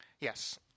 Yes